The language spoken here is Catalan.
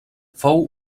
fou